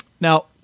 now